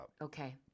okay